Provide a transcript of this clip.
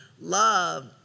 Love